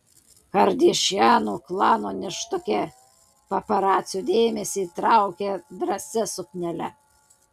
kardashianų klano nėštukė paparacių dėmesį traukė drąsia suknele